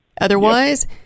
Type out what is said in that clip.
Otherwise